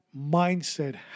mindset